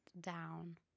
down